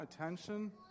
attention